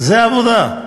זה העבודה.